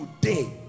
today